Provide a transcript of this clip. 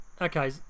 okay